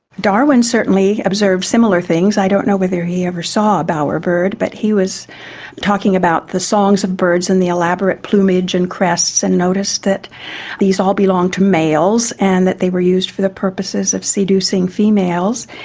darwin certainly observed similar things. i don't know whether he ever saw a bower bird, but he was talking about the songs of birds and the elaborate plumage and crests, and noticed that these all belonged to males and that they were used for the purposes of seducing females.